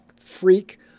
freak